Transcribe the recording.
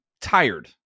tired